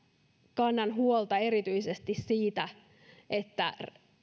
kannan huolta erityisesti tietenkin siitä että